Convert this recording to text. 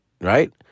right